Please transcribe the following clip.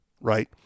right